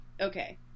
okay